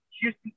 Houston